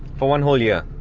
for one whole year.